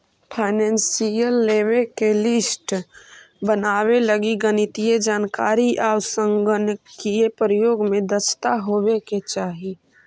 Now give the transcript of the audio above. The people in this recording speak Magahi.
फाइनेंसियल लेवे के लिस्ट बनावे लगी गणितीय जानकारी आउ संगणकीय प्रयोग में दक्षता होवे के चाहि